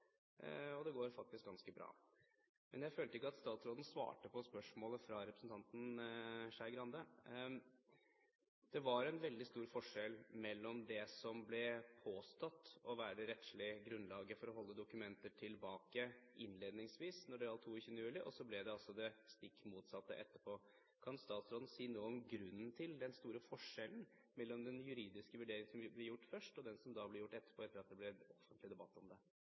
og det går faktisk ganske bra. Men jeg følte ikke at statsråden svarte på spørsmålet fra representanten Skei Grande. Det var en veldig stor forskjell mellom det som innledningsvis ble påstått å være det rettslige grunnlaget for å holde dokumenter tilbake når det gjaldt 22. juli, og etterpå da det altså ble det stikk motsatte. Kan statsråden si noe om grunnen til den store forskjellen mellom den juridiske vurderingen som ble gjort først, og den som ble gjort etterpå – etter at det ble offentlig debatt om det?